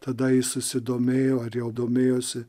tada jis susidomėjo ar jau domėjosi